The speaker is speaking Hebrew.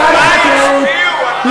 משרד החקלאות,